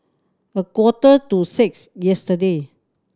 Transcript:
a quarter to six yesterday